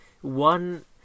one